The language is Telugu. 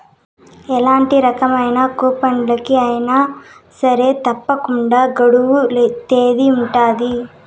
ఎలాంటి రకమైన కూపన్లకి అయినా సరే తప్పకుండా గడువు తేదీ ఉంటది